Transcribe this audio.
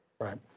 right